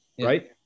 Right